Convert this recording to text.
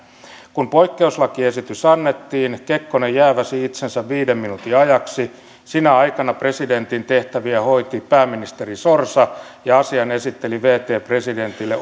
kun poikkeuslakiesitys annettiin kekkonen jääväsi itsensä viiden minuutin ajaksi sinä aikana presidentin tehtäviä hoiti pääministeri sorsa ja asian esitteli virkaatekevä presidentille